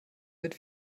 wird